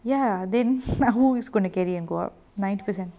ya then who is gone carry and go up ninety percent